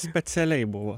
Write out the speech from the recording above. specialiai buvo